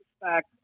Back